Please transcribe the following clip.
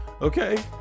okay